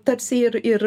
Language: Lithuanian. tarsi ir ir